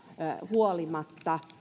huolimatta